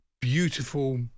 beautiful